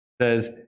says